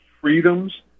freedoms